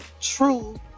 true